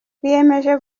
twiyemeje